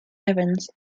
herons